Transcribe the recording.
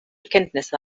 kenntnisse